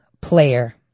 player